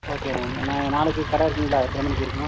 okay ma'am நாளைக்கு கடை இருக்குங்களா எத்தனை மணிக்கு இருக்கும்